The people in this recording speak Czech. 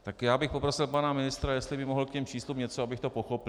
Tak já bych poprosil pana ministra, jestli by mohl k těm číslům něco, abych to pochopil.